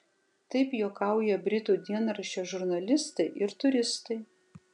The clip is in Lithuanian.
taip juokauja britų dienraščio žurnalistai ir turistai